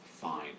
fine